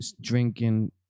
drinking